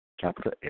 capital